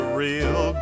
real